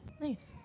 Nice